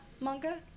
manga